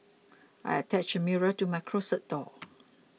I attached a mirror to my closet door